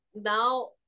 Now